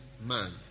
Man